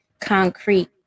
concrete